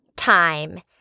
Time